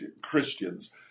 Christians